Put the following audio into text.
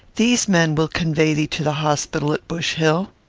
these men will convey thee to the hospital at bush hill.